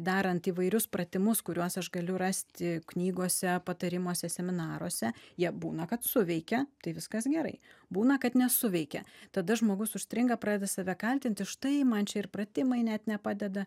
darant įvairius pratimus kuriuos aš galiu rasti knygose patarimuose seminaruose jie būna kad suveikia tai viskas gerai būna kad nesuveikia tada žmogus užstringa pradeda save kaltinti štai man čia ir pratimai net nepadeda